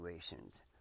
situations